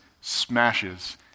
smashes